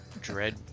dread